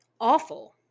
awful